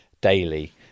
daily